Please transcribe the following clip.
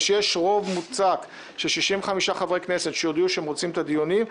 ושיש רוב מוצק של 65 חברי כנסת שהודיעו שהם רוצים את הדיונים,